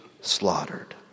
slaughtered